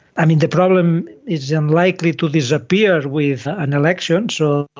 and the the problem is unlikely to disappear with an election, so